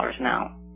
now